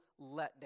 letdown